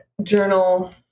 Journal